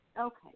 Okay